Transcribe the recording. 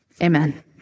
Amen